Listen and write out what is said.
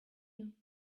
you